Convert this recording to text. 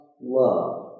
love